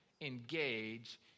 engage